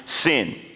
sin